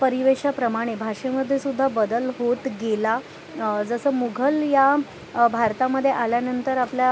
परिवेशाप्रमाणे भाषेमधेसुद्धा बदल होत गेला जसं मुघल या भारतामध्ये आल्यानंतर आपल्या